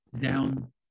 down